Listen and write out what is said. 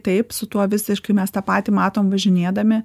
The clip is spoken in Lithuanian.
taip su tuo visiškai mes tą patį matom važinėdami